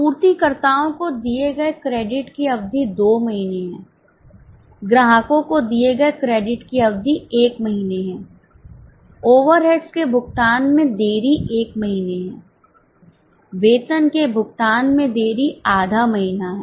आपूर्तिकर्ताओं को दिए गए क्रेडिट की अवधि 2 महीने है ग्राहकों को दिए गए क्रेडिट की अवधि 1 महीने है ओवरहेड्स के भुगतान में देरी 1 महीने है वेतन के भुगतान में देरी आधा महीना है